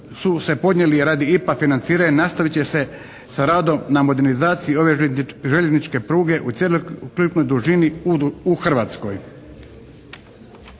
su se podnijeli radi IPA financiranja nastavit će se sa radom na modernizaciji ove željezničke pruge u cjelokupnoj dužini u Hrvatskoj.